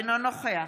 אינו נוכח